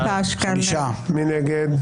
מי נגד?